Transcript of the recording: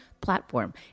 platform